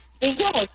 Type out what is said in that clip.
Yes